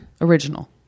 original